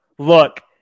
Look